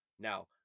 Now